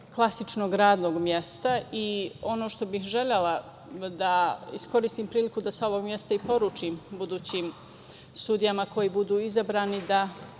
klasičnog radnog mesta. Ono što bih želela je da iskoristim priliku i da sa ovog mesta poručim budućim sudijama koje budu izabrane, da